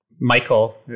michael